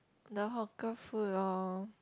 the hawker food lor